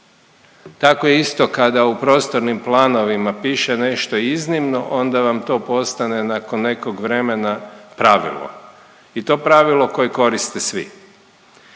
Tako isto kada u prostornim planovima piše nešto iznimno, onda vam to postane nakon nekog vremena pravilo i to pravilo koje koriste svi.